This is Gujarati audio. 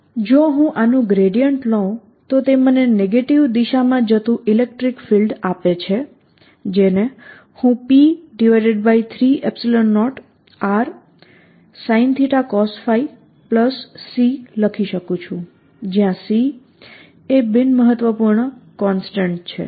E P30x VrP30x જો હું આનું ગ્રેડિયન્ટ લઉં તો તે મને નેગેટિવ દિશામાં જતું ઇલેક્ટ્રિક ફીલ્ડ આપે છે જેને હું P30rsinθcosϕC લખી શકું છું જયાં C એ બિનમહત્વપૂર્ણ કોન્સટન્ટ છે